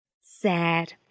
Sad